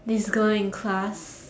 this girl in class